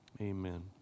amen